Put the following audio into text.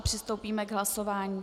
Přistoupíme k hlasování.